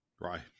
right